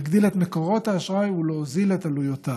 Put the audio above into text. להגדיל את מקורות האשראי ולהוזיל את עלויותיו.